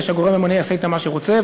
כדי שהגורם הממונה יעשה אתם מה שהוא רוצה,